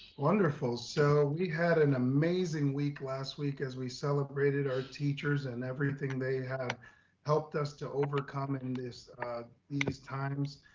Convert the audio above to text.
wonderful, so we had an amazing week last week as we celebrated our teachers and everything, they have helped us to overcome it. in this these times,